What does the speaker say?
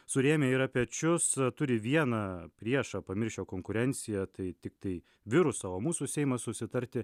surėmę yra pečius turi vieną priešą pamiršę konkurenciją tai tiktai viruso o mūsų seimas susitarti